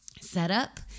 setup